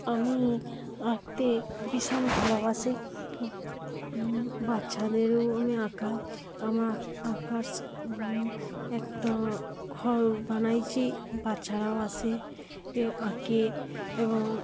আমি আঁকতে ভীষণ ভালোবাসি বাচ্চাদেরও আমি আঁকাই আমার আঁকার স্কু একটা ঘর বানিয়েছি বাচ্চারাও আসে এ আঁকে এবং